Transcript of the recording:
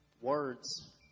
Words